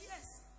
yes